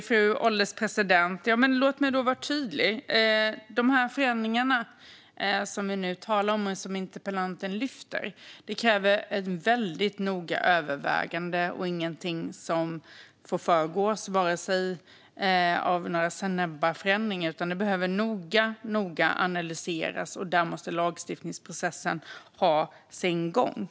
Fru ålderspresident! Låt mig då vara tydlig. De åtgärder som interpellanten tar upp kräver väldigt noggranna överväganden och kan inte vidtas genom snabba förändringar. Det behöver noga analyseras, och lagstiftningsprocessen måste ha sin gång.